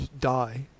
die